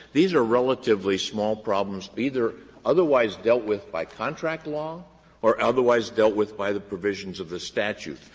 these are relatively small problems either otherwise dealt with by contract law or otherwise dealt with by the provisions of the statute.